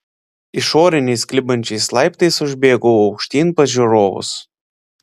išoriniais klibančiais laiptais užbėgau aukštyn pas žiūrovus